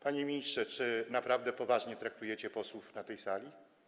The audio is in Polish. Panie ministrze, czy naprawdę poważnie traktujecie posłów na tej sali?